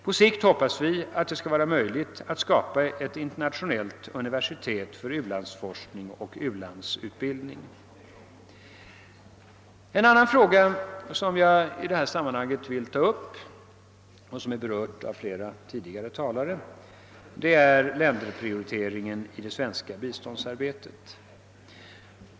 På sikt hoppas vi att det skall vara möjligt att skapa ett internationellt universitet för u-landsforskning och u landsutbildning. En annan fråga som jag vill ta upp i detta sammanhang — den har också berörts av flera tidigare talare — gäller länderprioriteringen i det svenska biståndsarbetet.